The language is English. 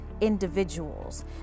individuals